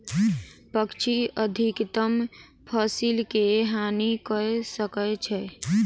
पक्षी अधिकतम फसिल के हानि कय सकै छै